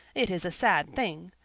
it is a sad thing,